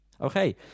Okay